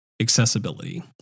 accessibility